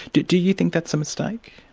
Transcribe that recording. do do you think that's a mistake?